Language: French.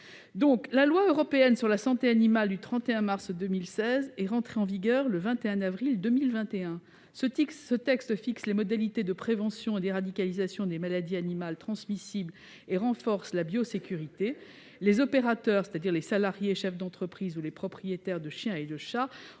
Le règlement européen dit « loi de santé animale » du 9 mars 2016 est entré en vigueur le 21 avril 2021. Ce texte fixe les modalités de prévention et d'éradication des maladies animales transmissibles et renforce la biosécurité. Les opérateurs- c'est-à-dire les salariés, les chefs d'entreprise, ou les propriétaires de chiens ou chats